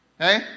Okay